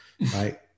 right